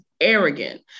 arrogant